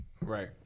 Right